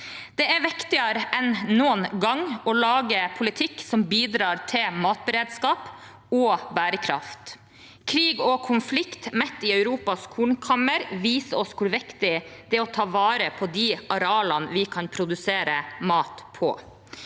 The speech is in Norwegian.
Det er viktigere enn noen gang å lage politikk som bidrar til matberedskap og bærekraft. Krig og konflikt midt i Europas kornkammer viser oss hvor viktig det er å ta vare på de arealene vi kan produsere mat på.